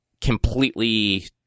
completely